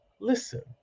listen